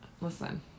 listen